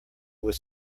was